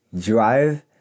drive